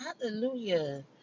Hallelujah